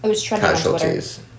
casualties